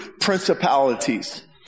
principalities